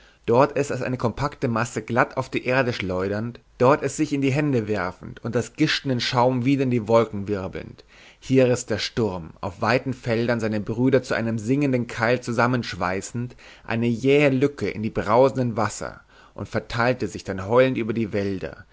dort es als eine kompakte masse glatt auf die erde schleudernd dort es sich in die hände werfend und als gischtenden schaum wieder in die wolken wirbelnd hier riß der sturm auf weiten feldern seine brüder zu einem singenden keil zusammenschweißend eine jähe lücke in die brausenden wasser und verteilte sich dann heulend über die wälder